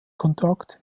kontakt